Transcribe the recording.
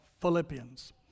Philippians